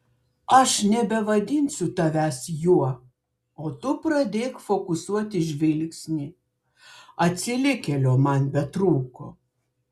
aš nebevadinsiu tavęs juo o tu pradėk fokusuoti žvilgsnį atsilikėlio man betrūko